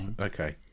okay